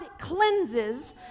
cleanses